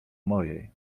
mojej